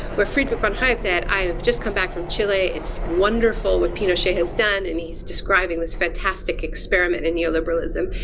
where friedrich von but hayek said i' ve just come back from chile. it's wonderful what pinochet's done. and he is describing this fantastic experiment in neoliberalism.